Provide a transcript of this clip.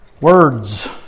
Words